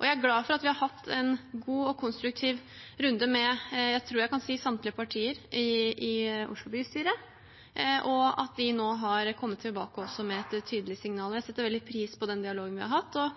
Jeg er glad for at vi har hatt en god og konstruktiv runde med – jeg tror jeg kan si – samtlige partier i Oslo bystyre, og at de nå har kommet tilbake med et tydelig signal. Jeg setter veldig pris på den dialogen vi har hatt,